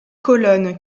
colonnes